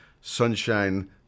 sunshine